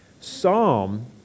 psalm